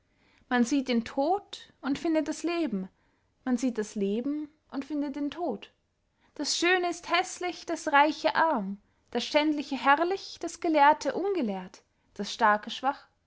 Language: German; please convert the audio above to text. man sieht den tod und findet das leben man sieht das leben und findet den tod das schöne ist häßlich das reiche arm das schändliche herrlich das gelehrte ungelehrt das starke schwach